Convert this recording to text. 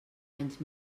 anys